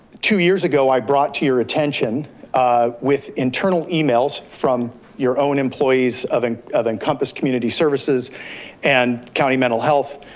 two years ago i brought to your attention ah with internal emails from your own employees of and of encompass community services and county mental health,